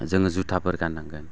जोङो जुथाफोर गाननांगोन